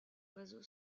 oiseau